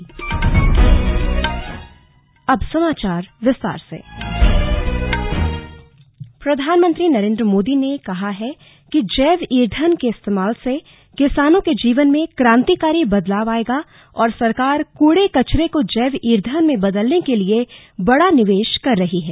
जैव विविधता प्रधानमंत्री नरेंद्र मोदी ने कहा है कि जैव ईंधन के इस्तेमाल से किसानों के जीवन में क्रांतिकारी बदलाव आयेगा और सरकार कूडे कचरे को जैव ईंधन में बदलने के लिए बड़ा निवेश कर रही है